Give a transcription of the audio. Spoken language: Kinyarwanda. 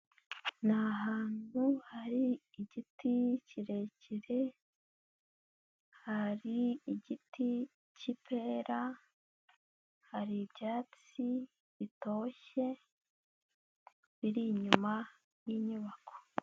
Na hantu hari igiti kirekire, hari igiti cy'ipera, hari ibyatsi bitoshye biri inyuma y'inyubako.